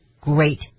great